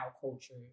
culture